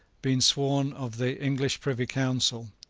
been sworn of the english privy council,